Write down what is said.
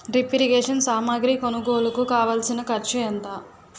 drip irrigation సామాగ్రి కొనుగోలుకు కావాల్సిన ఖర్చు ఎంత